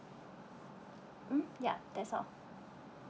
mm ya that's all